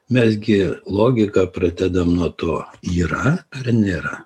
mes gi logiką pradedam nuo to yra ar nėra